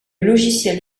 logiciel